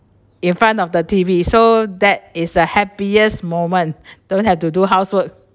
in front of the T_V so that is the happiest moment don't have to do housework